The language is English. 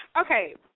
Okay